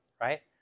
right